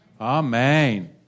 Amen